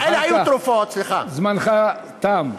אלה היו תרופות, זמנך תם.